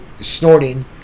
snorting